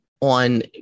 on